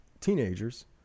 teenagers